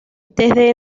desde